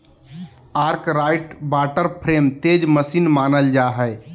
Arkwright water frame तेज मशीन मानल जा हई